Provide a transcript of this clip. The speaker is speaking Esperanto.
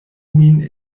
min